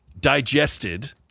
Digested